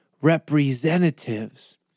representatives